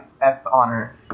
f-honor